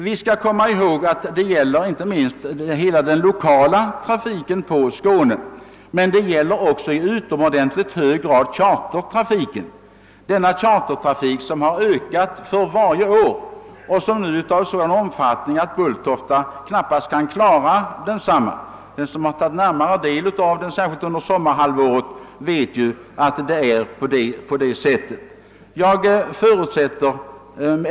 Vi skall komma ihåg att det här inte minst gäller hela den lokala trafiken på Skåne men i utomordentligt hög grad också chartertrafiken, som ökat för varje år och som nu är av sådan omfattning att Bulltofta knappast kan klara densamma. Den som kommit i närmare beröring med den, särskilt under sommarhalvåret, vet att det förhåller sig på detta sätt.